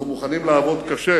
אנחנו מוכנים לעבוד קשה